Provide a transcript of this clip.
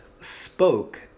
spoke